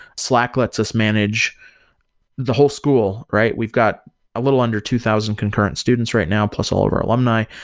slack lets us manage the whole school, right? we've got a little under two thousand concurrent students right now, plus all of our alumni,